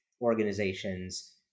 organizations